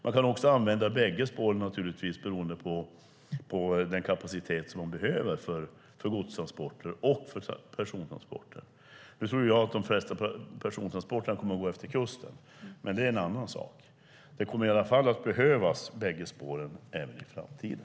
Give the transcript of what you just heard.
Man kan också använda bägge spåren beroende på vilken kapacitet man behöver för godstransporter och persontransporter. Jag tror visserligen att de flesta persontransporterna kommer att gå efter kusten, men det är en annan sak. Båda spåren kommer i alla fall att behövas i framtiden.